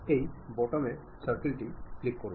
এই বোতামের সার্কেল টি ক্লিক করুন